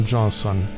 Johnson